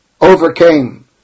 overcame